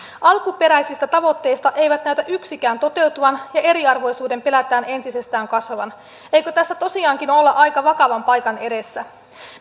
alkuperäisistä tavoitteista ei näytä yksikään toteutuvan ja eriarvoisuuden pelätään entisestään kasvavan eikö tässä tosiaankin olla aika vakavan paikan edessä